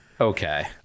okay